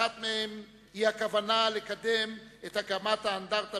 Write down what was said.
אחת מהן היא הכוונה לקדם את הקמת האנדרטה